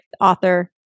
author